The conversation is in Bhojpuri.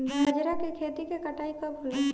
बजरा के खेती के कटाई कब होला?